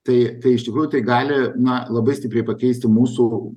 tai tai iš tikrųjų tai gali na labai stipriai pakeisti mūsų